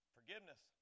Forgiveness